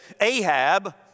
Ahab